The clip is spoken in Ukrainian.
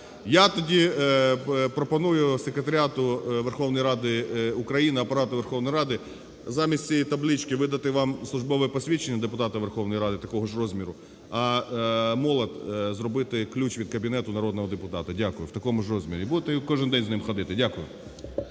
Я тоді пропоную секретаріату Верховної Ради України, Апарату Верховної Ради замість цієї таблички видати вам службове посвідчення депутата Верховної Ради такого ж розміру, а молот – зробити ключ від кабінету народного депутата... Дякую. ...в такому ж розмірі і будете кожен день з ним ходити. Дякую.